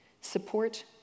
support